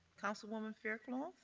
councilwoman fairclough.